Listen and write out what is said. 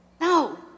No